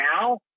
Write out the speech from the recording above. now